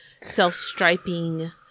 self-striping